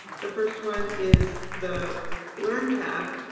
the first one is the learn tab